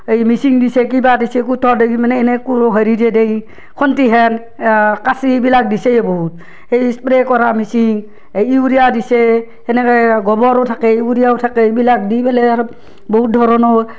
এই মেচিন দিছে কিবা দিছে কুঠৰ হেৰি মানে এনে কুৰো হেৰি যে দেই খণ্টি হেন কাঁচিবিলাক দিছেয়ে বহুত সেই স্প্ৰে' কৰা মেচিন এই ইউৰিয়া দিছে সেনেকে গোবৰো থাকে ইউৰিয়াও থাকে এইবিলাক দি ফেলে আৰ বহুত ধৰণৰ